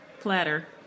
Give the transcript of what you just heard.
platter